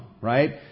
Right